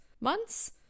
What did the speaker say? Months